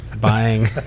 buying